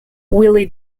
willie